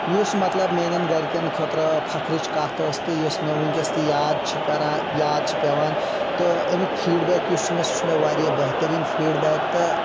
یُس مطلب میٛانٮ۪ن گَرکٮ۪ن خٲطرٕ فخرٕچ کَتھ ٲس تہٕ یُس مےٚ وٕنکیٚس تہِ یاد چھِ کَران یاد چھِ پیٚوان تہٕ امیُک فیٖڈ بیک یُس چھُ مےٚ سُہ چھُ مےٚ واریاہ بہتٔریٖن فیٖڈ بیک تہٕ